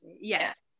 yes